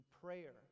prayer